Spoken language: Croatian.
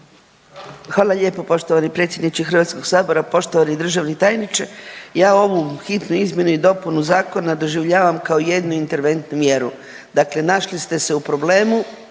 Hvala lijepo poštovani predsjedniče Hrvatskog sabora, poštovani državni tajniče. Ja ovu hitnu izmjenu i dopunu zakona doživljavam kao jednu interventnu mjeru, dakle našli ste se u problemu